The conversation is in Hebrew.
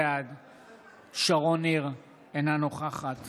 בעד שרון ניר, אינה נוכחת